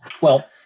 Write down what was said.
Well-